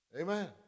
Amen